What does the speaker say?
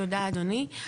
תודה, אדוני.